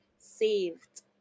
saved